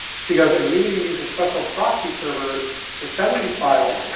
she goes, and we need to use a special proxy server to send these files.